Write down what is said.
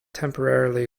temporarily